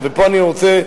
ופה אני רוצה,